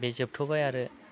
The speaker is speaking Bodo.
बे जोबथ'बाय आरो